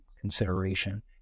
consideration